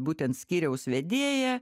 būtent skyriaus vedėja